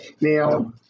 Now